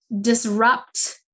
disrupt